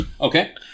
Okay